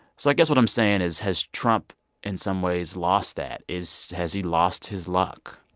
so i guess what i'm saying is has trump in some ways lost that? is has he lost his luck?